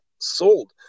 sold